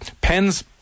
pens